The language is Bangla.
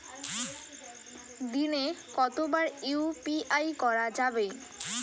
দিনে কতবার ইউ.পি.আই করা যাবে?